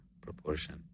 proportion